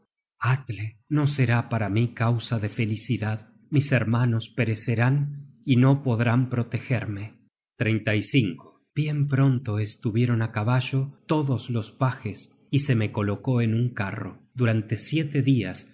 eatle no será para mí causa de felicidad mis hermanos perecerán y no podrán protegerme bien pronto estuvieron á caballo todos los pajes y se me colocó en un carro durante siete dias